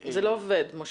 משה, זה לא עובד.